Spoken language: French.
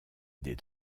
des